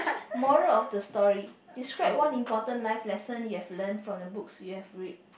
morale of the story describes one important life lesson you have learnt from the books you have read